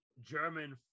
German